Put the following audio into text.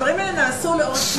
הדברים האלה נעשו לאורך,